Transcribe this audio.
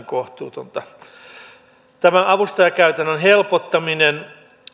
kohtuutonta myös tämä avustajakäytännön helpottaminen